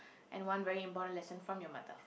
and one very important lesson from your mother